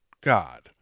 God